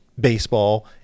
baseball